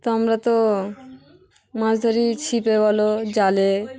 তো আমরা তো মাছ ধরি ছিপে বলো জালে